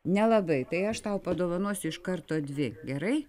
nelabai tai aš tau padovanosiu iš karto dvi gerai